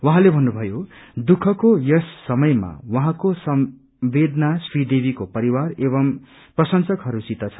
उहाँले भन्नुभयो दुःखको यस घड़ीमा उाहाँको संवेदना श्री देवीको परिवार एवं प्रशेसकहरू सित छ